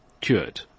cured